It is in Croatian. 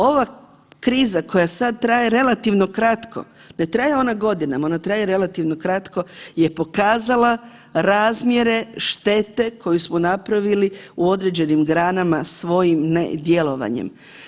Ova kriza koja sad traje relativno kratko, ne traje ona godinama, ona traje relativno kratko je pokazala razmjere štete koju smo napravili u određenim granama svojim ne djelovanjem.